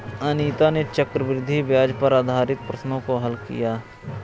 अनीता ने चक्रवृद्धि ब्याज पर आधारित प्रश्नों को हल किया